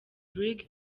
brig